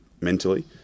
mentally